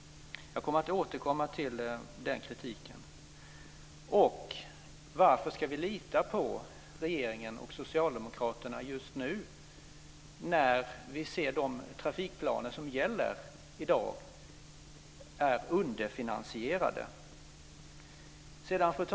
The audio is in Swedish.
Jag kommer att återkomma till den kritiken. Varför ska vi lita på regeringen och Socialdemokraterna just nu när vi ser att de trafikplaner som gäller i dag är underfinansierade? Fru talman!